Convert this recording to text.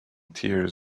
tears